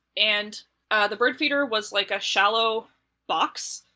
and the bird feeder was like a shallow box,